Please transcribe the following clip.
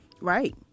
Right